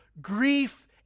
grief